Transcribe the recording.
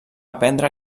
aprendre